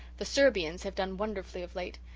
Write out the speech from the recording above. the serbians have done wonderfully of late.